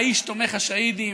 האיש תומך השאהידים,